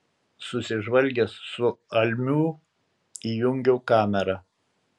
susižvalgęs su almiu įjungiau kamerą